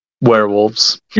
werewolves